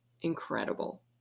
incredible